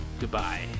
goodbye